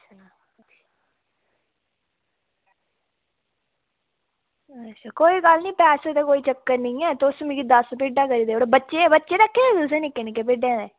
कोई गल्ल निं पैसे दा कोई चक्कर निं ऐ तुस मिगी दस्स भिड्डां करी देई ओड़ेओ तुसें बच्चे बच्चे रक्खे दे भिड्डें दे